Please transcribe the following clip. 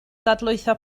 dadlwytho